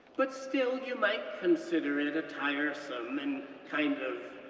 but still, you might consider it a tiresome and kind of